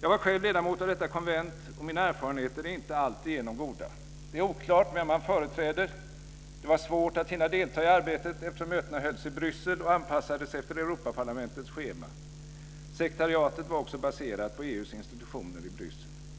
Jag var själv ledamot i detta konvent, och mina erfarenheter är inte alltigenom goda. Det är oklart vem man företräder, och det var svårt att hinna delta i arbetet, eftersom mötena hölls i Bryssel och anpassades efter Europaparlamentets schema. Sekretariatet var också baserat på EU:s institutioner i Bryssel.